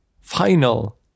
final